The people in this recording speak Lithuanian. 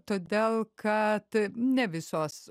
todėl kad ne visos